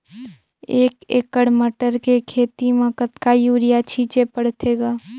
एक एकड़ मटर के खेती म कतका युरिया छीचे पढ़थे ग?